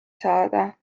saada